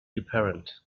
apparent